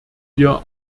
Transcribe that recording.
wir